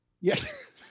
yes